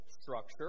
structure